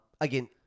Again